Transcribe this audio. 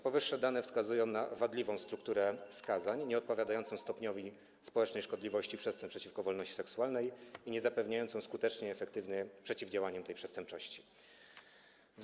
Powyższe dane wskazują na wadliwą strukturę skazań, nieodpowiadającą stopniowi społecznej szkodliwości przestępstw przeciwko wolności seksualnej i niezapewniającą skutecznego i efektywnego przeciwdziałania tej przestępczości.